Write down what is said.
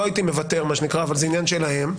הייתי מוותר מה שנקרא אבל זה עניין שלהם,